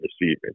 receiving